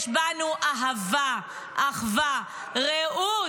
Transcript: יש בנו אהבה, אחווה, רעות.